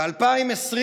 ב-2020,